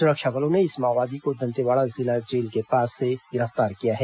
सुरक्षा बलों ने इस माओवादी को दंतेवाड़ा जिला जेल के पास से गिरफ्तार किया है